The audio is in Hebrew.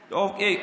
אוקיי.